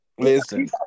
Listen